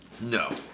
No